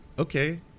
Okay